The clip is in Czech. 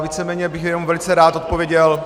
Víceméně bych jenom velice rád odpověděl